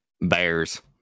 bears